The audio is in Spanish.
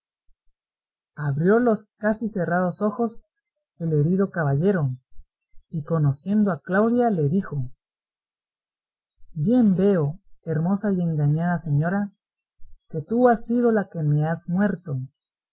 abrió los casi cerrados ojos el herido caballero y conociendo a claudia le dijo bien veo hermosa y engañada señora que tú has sido la que me has muerto